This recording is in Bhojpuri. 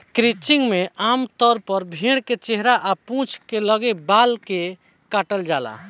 क्रचिंग में आमतौर पर भेड़ के चेहरा आ पूंछ के लगे के बाल के काटल जाला